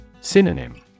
Synonym